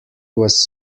was